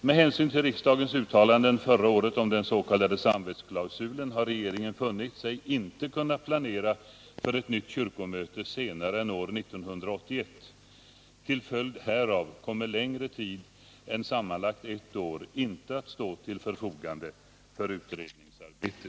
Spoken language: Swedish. Med hänsyn till riksdagens uttalanden förra året om den s.k. samvetsklausulen har regeringen funnit sig inte kunna planera för ett nytt kyrkomöte senare än år 1981. Till följd härav kommer längre tid än sammanlagt ett år inte att stå till förfogande för utredningsarbete.